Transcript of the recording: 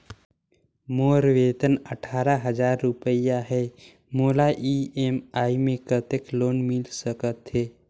मोर वेतन अट्ठारह हजार रुपिया हे मोला ई.एम.आई मे कतेक लोन मिल सकथे?